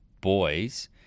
boys